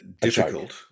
Difficult